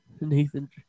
Nathan